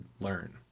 learn